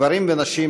גברים ונשים,